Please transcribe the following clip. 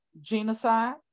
Genocide